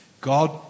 God